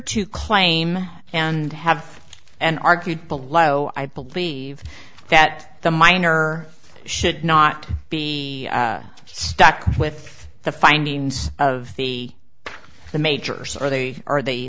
to claim and have and argued below i believe that the minor should not be stuck with the findings of the the majors are they are they